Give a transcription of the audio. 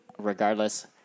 regardless